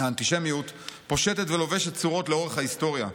האנטישמיות פושטת ולובשת צורות לאורך ההיסטוריה.